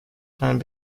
time